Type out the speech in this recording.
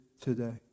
today